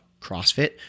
CrossFit